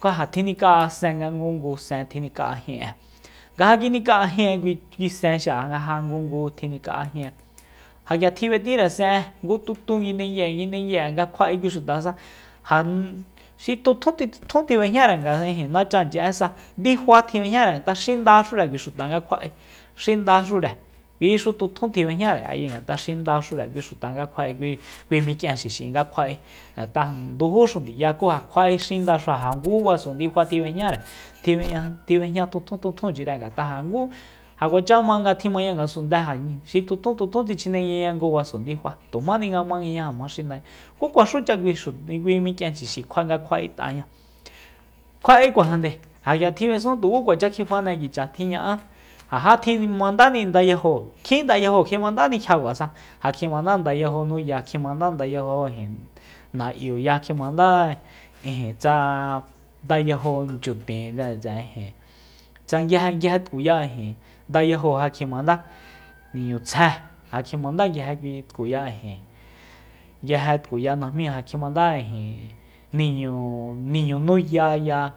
ku ja tjinika'a nga ngungu sen nga tjinika'a jin'e nga ja kinika'a jin' e kui sen xi'a nga ja ngungu kinija'a jin'e ja k'ia tjib'etire sen'e ngututu nguindeui'e nguindengui'e nga kjua'e kui xutasa ja xi tjutjun tjib'eñare nachanchi'esa ndifa tjib'ejñare xindaxura kui xuta nga kjua'e xindaxura kuixu tjutjun tjib'ejñare ayi ngat'a xindaxura kui xu kjua nga kjua'e kui- kui mik'ienxixi nga kjua'e ngat'a ndujúxu ndiya ku ja kjua'e xindaxura ja ngu baso ndifa tjib'ejñare tjib'e tjib'ejña tjutjunchire ngat'a jakú ja kuacha ma nga tjimaña ngasundée ayi xi tjutjutjutjun tjichjenenguiña ngu baso ndifa tu jmani nga manguiña ja ma xindaña ku kuaxucha kui xu kui mik'ienxixi kjua nga kjua'et'aña kjua'e kuajande ja k'ia tjib'esun tuku kuacha kjifane kicha kjiña'a ja jakjimandani ndayajóo kjin dayajo kjimandani kjiakuasa ja kjimanda ndayajo nuya ja kjimandá ndayajo na'yuya kjimandá ijin tsa ndayajo nchyutjin tse'e ijin tse'e nguijenguije tkuya ijin ndayajo ja kjimandá niñutsjé ja kjimanda nguije kui tkuya ijin nguije tkuya najmí ja kjimandá ijin niñu- niñu nuyaya